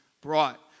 brought